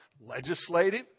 Legislative